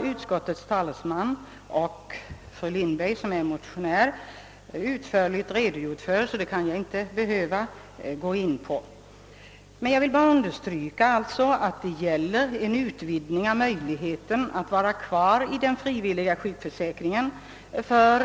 Utskottets talesman och fru Lindberg, som är motionär, har utförligt redogjort för innehållet i motionerna och motiveringen till förslagen, varför jag inte behöver gå in därpå. Jag vill bara understryka att det är fråga om en utvidgning av möjligheten för kvinnorna att kvarstå i den frivilliga sjukförsäkringen sedan